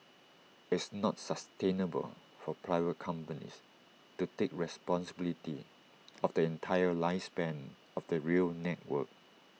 it's not sustainable for private companies to take responsibility of the entire lifespan of the rail network